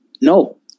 No